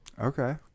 Okay